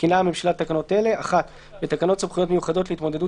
מתקינה הממשלה תקנות אלה: 1. בתקנות סמכויות מיוחדות להתמודדות